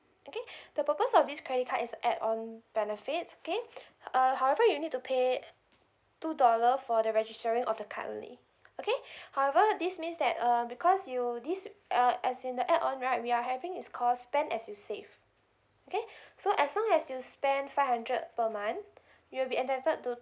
okay the purpose of this credit card is add on benefits okay err however you need to pay two dollar for the registering of the card only okay however this means that err because you this uh as in the add on right we are having is call spend as you save okay so as long as you spend five hundred per month you'll be entitled to